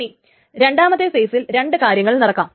ഇനി രണ്ടാമത്തെ ഫേയ്സിൽ രണ്ട് കാര്യങ്ങൾ നടക്കാം